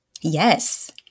Yes